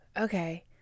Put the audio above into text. Okay